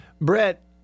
Brett